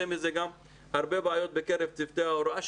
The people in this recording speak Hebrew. מזה גם הרבה בעיות בקרב צוותי ההוראה,